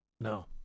no